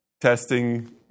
testing